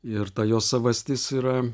ir ta jo savastis yra